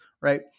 right